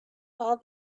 all